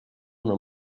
una